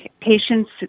Patients